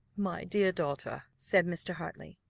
my dear daughter, said mr. hartley,